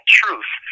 truth